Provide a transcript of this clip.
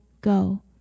go